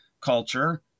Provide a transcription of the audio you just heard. culture